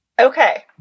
Okay